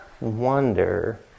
wonder